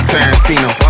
Tarantino